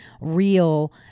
real